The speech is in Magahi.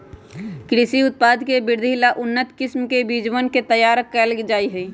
कृषि उत्पाद के वृद्धि ला उन्नत किस्म के बीजवन के तैयार कइल जाहई